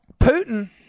Putin